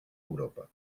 europa